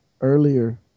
earlier